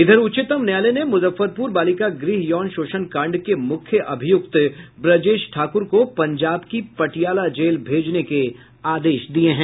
इधर उच्चतम न्यायालय ने मुजफ्फरपुर बालिका गृह यौन शोषण कांड के मुख्य अभियुक्त ब्रजेश ठाकुर को पंजाब की पटियाला जेल भेजने के आदेश दिये हैं